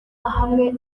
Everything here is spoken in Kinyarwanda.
hamwe